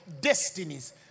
destinies